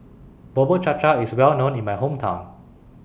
Bubur Cha Cha IS Well known in My Hometown